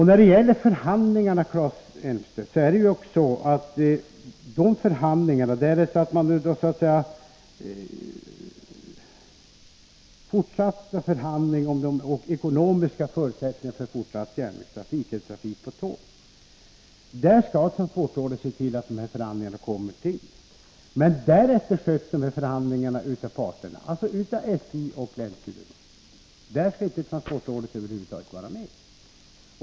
När det gäller förhandlingarna förhåller det sig så, Claes Elmstedt, att därest det krävs fortsatta förhandlingar om de ekonomiska förutsättningarna för att fortsätta med järnvägstrafik eller trafik på tåg, skall transportrådet se till att sådana förhandlingar kommer till stånd, men därefter sköts förhandlingarna helt av parterna, dvs. av SJ och länshuvudmännen. I själva förhandlingarna skall transportrådet över huvud taget inte vara med.